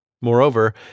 Moreover